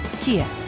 Kia